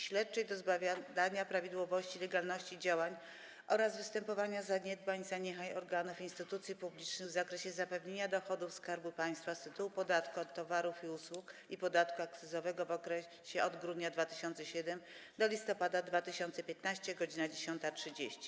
Śledczej do zbadania prawidłowości i legalności działań oraz występowania zaniedbań i zaniechań organów i instytucji publicznych w zakresie zapewnienia dochodów Skarbu Państwa z tytułu podatku od towarów i usług i podatku akcyzowego w okresie od grudnia 2007 r. do listopada 2015 r. - godz. 10.30,